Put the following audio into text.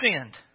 sinned